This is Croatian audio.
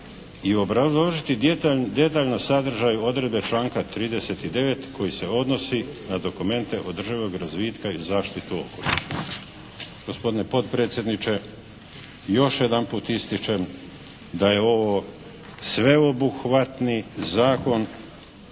i obrazložiti detaljno sadržaj odredbe članka 39. koji se odnosi na dokumente održivog razvitka i zaštitu okoliša. Gospodine potpredsjedniče, još jedanput ističem da je ovo sveobuhvatni Zakon,